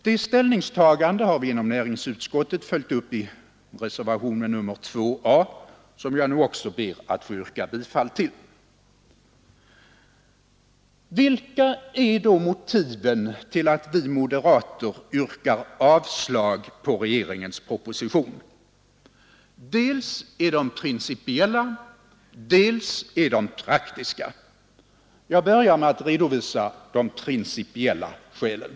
Det ställningstagandet har vi inom näringsutskottet följt upp i reservationen 2 a som jag nu också ber att få yrka bifall till. Vilka är då motiven till att vi moderater yrkar avslag på regeringens Nr 98 proposition? Dels är de principiella, dels är de praktiska. Torsdagen den Jag börjar med att redovisa de principiella skälen.